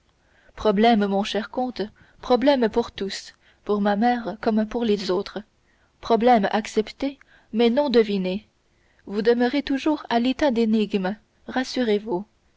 problème mon cher comte problème pour tous pour ma mère comme pour les autres problème accepté mais non deviné vous demeurez toujours à l'état d'énigme rassurez-vous